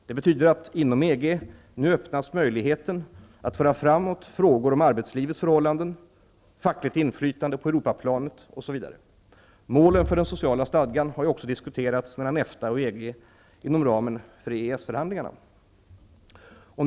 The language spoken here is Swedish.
Det innebär att inom EG nu öppnas möjligheten att föra framåt frågor om arbetslivets förhållanden, fackligt inflytande på Europaplanet etc. Målen för den sociala stadgan har också diskuterats mellan EFTA och EG inom ramen för EES-förhandlingarna.